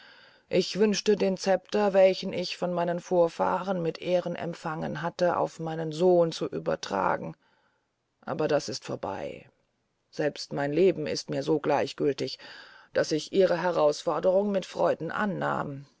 ich wünschte den scepter welchen ich von meinen vorfahren mit ehren empfangen hatte auf meinen sohn zu übertragen aber das ist vorbey selbst mein leben ist mir so gleichgültig daß ich ihre herausforderung mit freuden annahm